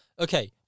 okay